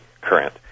current